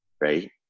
right